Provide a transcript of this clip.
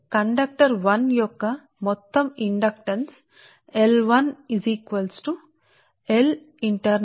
కాబట్టి అందువల్ల మీరు బాహ్య L1 ను పొందుతారు ఆ 2 into ten power minus 7 ln Dr1 henry metre గా పొందుతారు